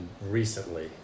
recently